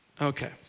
okay